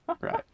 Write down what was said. Right